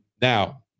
Now